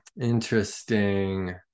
Interesting